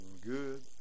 good